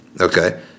okay